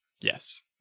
Yes